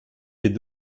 les